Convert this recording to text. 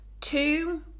two